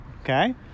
Okay